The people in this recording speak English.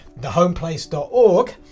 thehomeplace.org